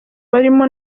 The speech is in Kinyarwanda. barimo